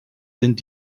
sind